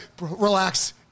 relax